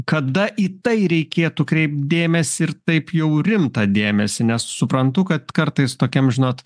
kada į tai reikėtų kreipti dėmesį ir taip jau rimtą dėmesį nes suprantu kad kartais tokiam žinot